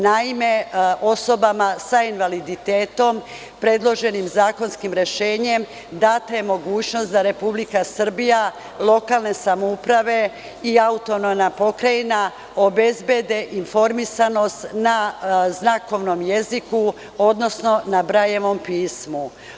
Naime, osobama sa invaliditetom predloženim zakonskim rešenjem data je mogućnost da Republika Srbija, lokalne samouprave i AP obezbede informisanost na znakovnom jeziku, odnosno na Brajevom pismu.